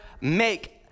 make